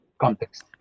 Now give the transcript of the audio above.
context